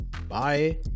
Bye